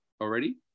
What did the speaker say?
already